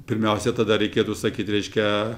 pirmiausia tada reikėtų sakyti reiškia